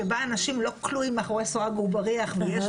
שבה אנשים לא כלואים מאחורי סורג ובריח ויש